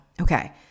Okay